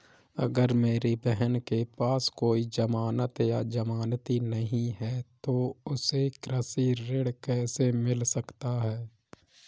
अगर मेरी बहन के पास कोई जमानत या जमानती नहीं है तो उसे कृषि ऋण कैसे मिल सकता है?